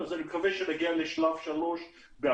אז אני מקווה שנגיע לשלב 3 באפריל.